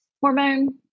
hormone